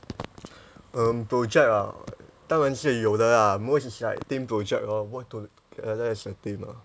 um project ah 当然是有的啦 most is like team project lor work together as a team ah